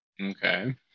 okay